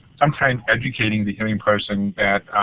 sometimes educating the hearing person that